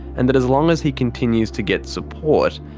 and that as long as he continues to get support,